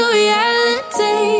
reality